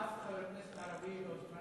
אף חבר כנסת ערבי לא הוזמן.